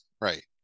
Right